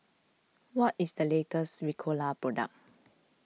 what is the latest Ricola product